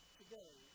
today